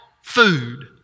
food